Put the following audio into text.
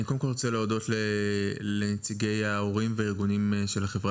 אני רוצה להודות לנציגי ההורים וארגוני החברה